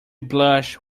blushed